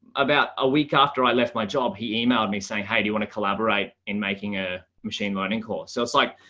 about a week after i left my job, he emailed me saying, hey, do you want to collaborate in making a machine learning course. so it's like,